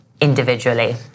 individually